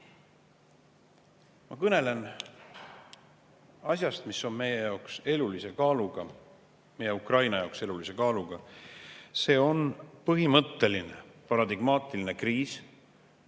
Ma kõnelen asjast, mis on meie jaoks elulise kaaluga ja Ukraina jaoks elulise kaaluga. See on põhimõtteline paradigmaatiline kriis,